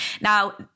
Now